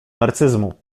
narcyzmu